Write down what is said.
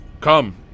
Come